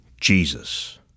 Jesus